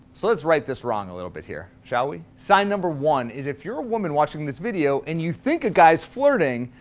so, let's right this wrong a little bit here. shall we? sign number one is if you're a woman watching this video, and you think a guy's flirting,